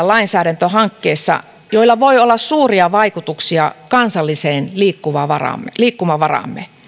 lainsäädäntöhankkeissa joilla voi olla suuria vaikutuksia kansalliseen liikkumavaraamme liikkumavaraamme